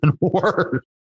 worse